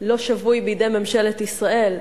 לא שבוי בידי ממשלת ישראל,